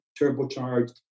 turbocharged